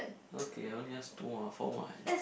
okay I only ask two ah for one